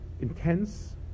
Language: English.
intense